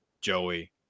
Joey